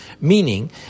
meaning